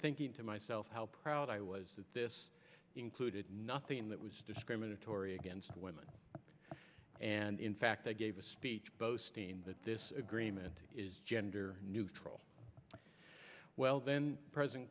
thinking to myself how proud i was that this included nothing that was discriminatory against women and in fact i gave a speech boasting that this agreement is gender neutral well then president